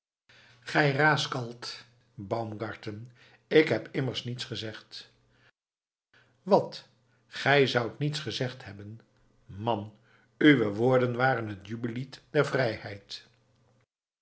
gij raaskalt baumgarten ik heb immers niets gezegd wat gij zoudt niets gezegd hebben man uwe woorden waren het jubellied der vrijheid